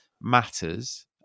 matters